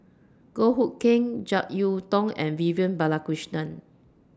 Goh Hood Keng Jek Yeun Thong and Vivian Balakrishnan